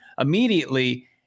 immediately